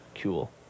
cool